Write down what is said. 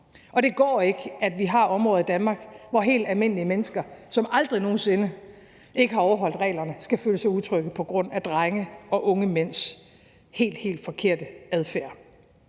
og det går ikke, at vi har områder i Danmark, hvor helt almindelige mennesker, som aldrig nogen sinde har overtrådt reglerne, skal føle sig utrygge på grund af drenges og unge mænds helt, helt forkerte adfærd.